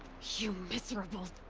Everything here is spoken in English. you miserable.